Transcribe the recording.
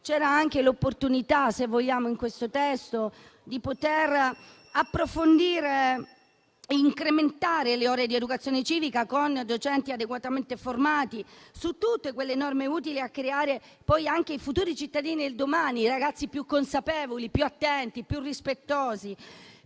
C'era l'opportunità, in questo testo, di approfondire e incrementare le ore di educazione civica con docenti adeguatamente formati su tutte quelle norme utili a creare i futuri cittadini del domani, ragazzi più consapevoli, attenti, rispettosi